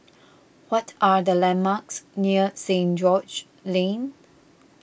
what are the landmarks near Saint George Lane